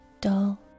dull